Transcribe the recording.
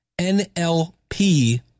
NLP